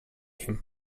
him